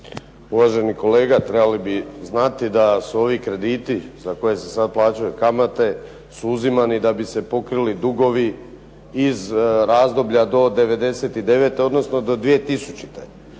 Uvaženi kolega, trebali bi znati da su ovi krediti za koje se sad plaćaju kamate su uzimani da bi se pokrili dugovi iz razdoblja do '99., odnosno do 2000.